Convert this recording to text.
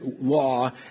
law